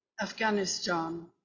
Afghanistan